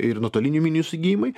ir nuotolinių minų įsigijimai